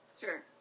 Sure